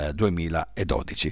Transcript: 2012